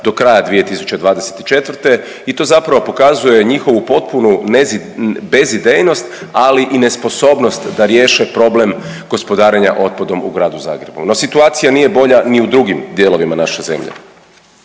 do kraja 2024. i to zapravo pokazuje njihovu potpunu bezidejnost, ali i nesposobnost da riješe probleme gospodarenja otpadom u gradu Zagrebu. No situacija nije bolja ni u drugim dijelovima naše zemlje,